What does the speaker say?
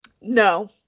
No